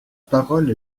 parole